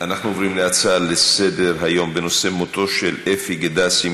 אנחנו עוברים להצעה לסדר-היום בנושא: מותו של אפי גדסי,